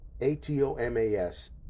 a-t-o-m-a-s